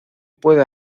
puede